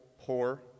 poor